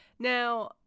Now